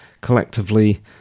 collectively